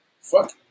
Fuck